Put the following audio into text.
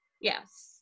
yes